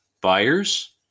Buyers